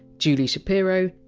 julie shapiro,